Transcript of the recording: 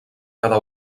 cada